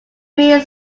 free